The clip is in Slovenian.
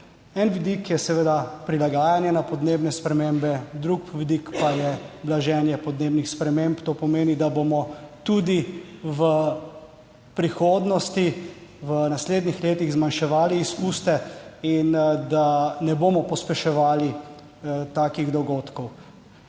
En vidik je seveda prilagajanje na podnebne spremembe, drug vidik pa je blaženje podnebnih sprememb. To pomeni, da bomo tudi v prihodnosti v naslednjih letih zmanjševali izpuste in da ne bomo pospeševali takih dogodkov.